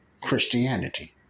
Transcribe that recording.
Christianity